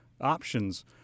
options